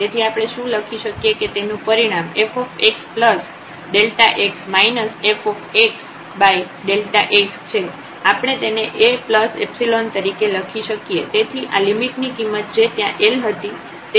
તેથી આપણે શું લખી શકીએ કે તેનું પરિણામ fxΔx fxΔx છે આપણે તેને Aϵ તરીકે લખી શકીએ તેથી આ લિમિટ ની કિંમત જે ત્યાં L હતી